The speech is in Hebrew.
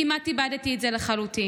כמעט איבדתי את זה לחלוטין.